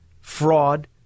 fraud